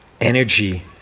energy